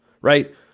right